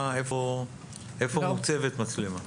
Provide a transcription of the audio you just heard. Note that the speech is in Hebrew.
היכן מוצבת מצלמה.